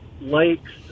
lakes